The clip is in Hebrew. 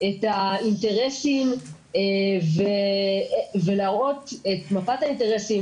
את האינטרסים ולהראות את מפת האינטרסים,